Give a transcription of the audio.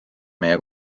meie